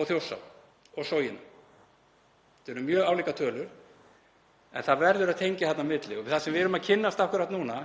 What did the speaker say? og Þjórsá og Soginu. Þetta eru mjög álíka tölur en það verður að tengja þarna á milli. Það sem við erum að kynnast akkúrat núna